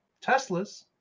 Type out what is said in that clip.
Tesla's